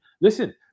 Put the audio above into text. Listen